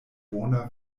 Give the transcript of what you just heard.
bona